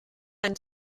einen